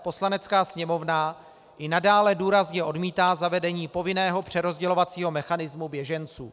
Poslanecká sněmovna i nadále důrazně odmítá zavedení povinného přerozdělovacího mechanismu běženců.